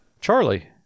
Charlie